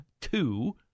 Two